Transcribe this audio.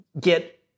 get